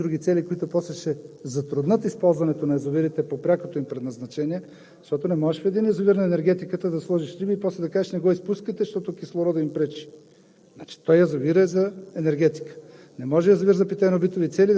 Затова моят призив беше, когато ще слагате рибарници, когато ще правите за всякакви други цели, които после ще затруднят използването на язовирите по прякото им предназначение, защото не можеш в един язовир на енергетиката да сложиш риби и после да кажеш: не го изпускайте, защото кислородът им пречи